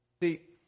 See